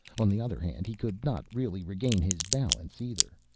on the other hand, he could not really regain his balance, either.